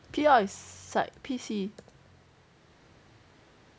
T_L is psych P_C